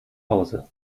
hause